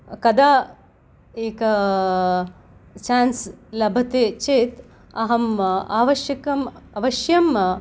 कदा एका चान्स् लभते चेत् अहम् अवश्यकम् अवश्यम्